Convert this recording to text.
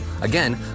Again